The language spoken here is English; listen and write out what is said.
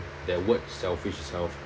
that word selfish itself